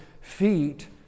feet